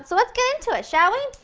so let's get into it, shall we?